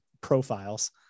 profiles